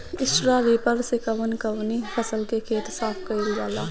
Straw reaper से कवन कवनी फसल के खेत साफ कयील जाला?